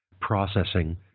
processing